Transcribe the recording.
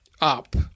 Up